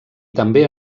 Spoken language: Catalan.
també